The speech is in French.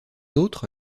autre